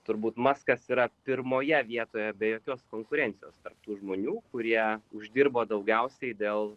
turbūt maskas yra pirmoje vietoje be jokios konkurencijos tarp tų žmonių kurie uždirbo daugiausiai dėl